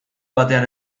batean